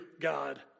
God